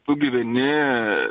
tu gyveni